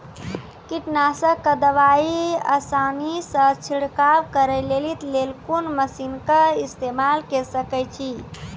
कीटनासक दवाई आसानीसॅ छिड़काव करै लेली लेल कून मसीनऽक इस्तेमाल के सकै छी?